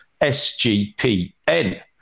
SGPN